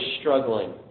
struggling